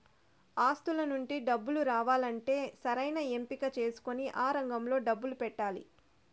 ఆస్తుల నుండి డబ్బు రావాలంటే సరైన ఎంపిక చేసుకొని ఆ రంగంలో డబ్బు పెట్టాలి